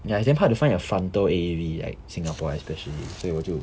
ya it's damn hard to find a frontal A_E_V like singapore especially 所以我就